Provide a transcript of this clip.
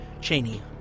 Cheney